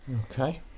Okay